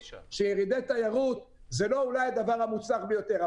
שירידי תיירות זה אולי לא הדבר המוצלח ביותר.